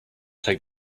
take